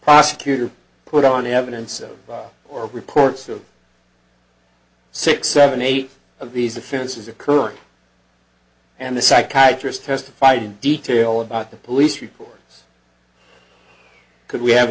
prosecutor put on evidence or reports of six seven eight of these offenses occurring and the psychiatry's testified in detail about the police report could we have a